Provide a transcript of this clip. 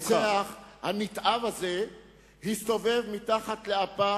שהרוצח הנתעב הזה הסתובב מתחת לאפה.